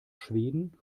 schweden